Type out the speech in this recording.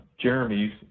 jeremy's